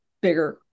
bigger